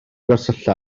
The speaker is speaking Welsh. gwersylla